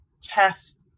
Test